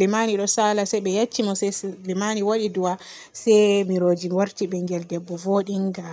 limami ɗo saala se be yecci mo se limami waaɗi du'a se miroji may warti ɓingel debbo voodinga.